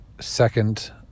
second